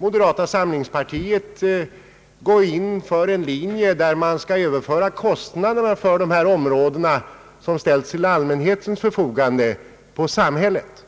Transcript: Moderata samlingspartiet går in för en linje som innebär att man skall överföra kostnaderna för dessa områden som ställs till allmänhetens förfogande till samhället.